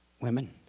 women